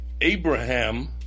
Abraham